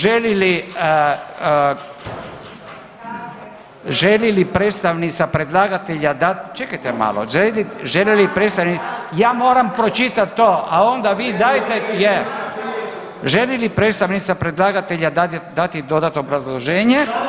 Želi li, želi li predstavnica predlagatelja dat, čekajte malo, želi li predstavnica, ja moram pročitat to, a onda vi dajte, želi li predstavnica predlagatelja dati dodatno obrazloženje.